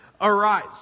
arise